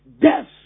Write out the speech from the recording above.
Death